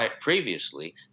previously